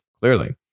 Clearly